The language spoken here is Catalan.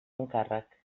encàrrec